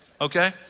Okay